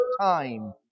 time